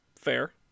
fair